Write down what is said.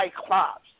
cyclops